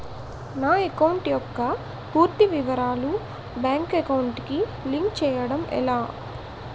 నా అకౌంట్ యెక్క పూర్తి వివరాలు బ్యాంక్ అకౌంట్ కి లింక్ చేయడం ఎలా?